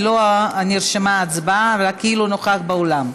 לא נרשמה בהצבעה, אבל היא כאילו נוכחת באולם.